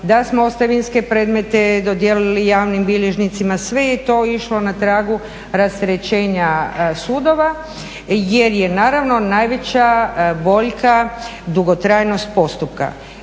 da smo ostavinske predmete dodijelili javnim bilježnicima. Sve je to išlo na tragu rasterećenja sudova jer je naravno najveća boljka dugotrajnost postupka.